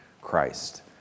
Christ